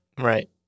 Right